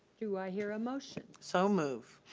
do i hear a motion? so move.